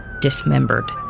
dismembered